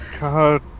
God